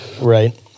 Right